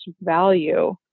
value